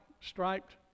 striped